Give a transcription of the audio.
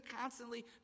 constantly